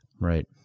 Right